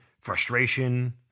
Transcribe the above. frustration